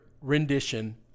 rendition